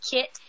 Kit